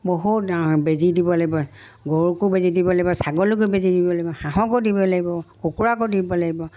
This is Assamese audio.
বহুত ডা বেজী দিব লাগিব গৰুকো বেজী দিব লাগিব ছাগলীকো বেজী দিব লাগিব হাঁহকো দিব লাগিব কুকুৰাকো দিব লাগিব